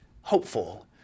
hopeful